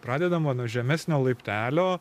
pradedama nuo žemesnio laiptelio